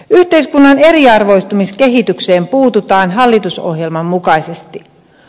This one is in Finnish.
yhteiskunnan eriarvoistumiskehitykseen puututaan hallitusohjelman mukaisesti